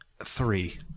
Three